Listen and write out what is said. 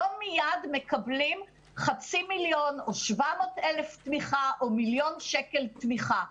לא מיד מקבלים חצי מיליון או 700,000 תמיכה או מיליון שקל תמיכה.